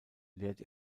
lehrt